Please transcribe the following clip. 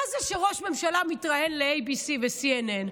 מה זה שראש ממשלה מתראיין ל-ABC ול-CNN?